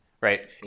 right